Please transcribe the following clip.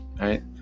Right